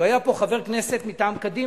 שהיה פה חבר כנסת מטעם קדימה,